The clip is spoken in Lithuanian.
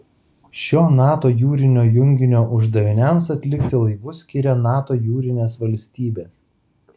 šio nato jūrinio junginio uždaviniams atlikti laivus skiria nato jūrinės valstybės